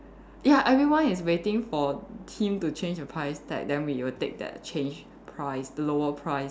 ya everyone is waiting for him to change the price tag then we will take changed price the lower price